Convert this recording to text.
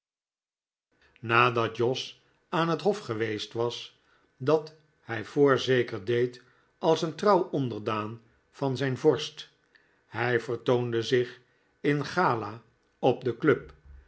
nadat jos aan het hof geweest was dat hij voorzeker deed als een trouw onderdaan van zijn vorst hij vertoonde zich in gala op de club